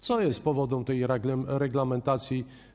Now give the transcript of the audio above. Co jest powodem tej reglamentacji?